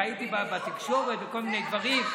ראיתי בתקשורת, בכל מיני דברים.